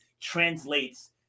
translates